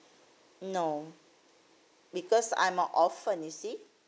no because I'm an orphan you see